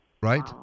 right